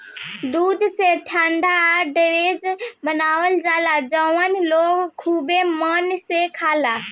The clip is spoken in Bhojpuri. दूध से ठंडा डेजर्ट बनावल जाला जवन लोग खुबे मन से खाला